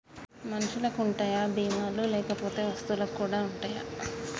మనుషులకి ఉంటాయా బీమా లు లేకపోతే వస్తువులకు కూడా ఉంటయా?